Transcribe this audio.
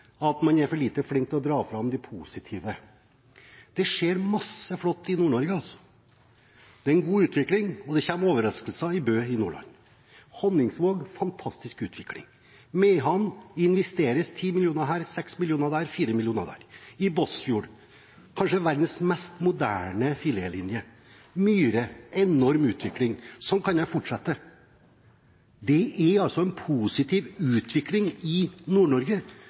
at man er for lite flink til å dra fram det positive. Det skjer masse flott i Nord-Norge. Det er en god utvikling, og det kommer overraskelser i Bø i Nordland. Honningsvåg – fantastisk utvikling. I Mehamn investeres det 10 mill. kr her, 6 mill. kr der, 4 mill. kr der. I Båtsfjord – kanskje verdens mest moderne filetlinje. Myre – enorm utvikling. Sånn kunne jeg fortsette. Det er altså en positiv utvikling i